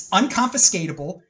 unconfiscatable